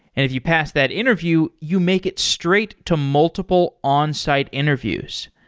if you pass that interview, you make it straight to multiple onsite interviews.